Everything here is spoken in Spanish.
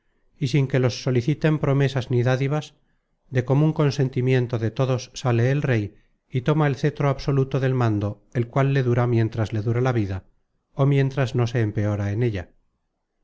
y sin que los soliciten promesas ni dádivas de comun consentimiento de todos sale el rey y toma el cetro absoluto del mando el cual le dura miéntras le dura la vida ó mientras no se empeora en ella